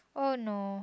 oh no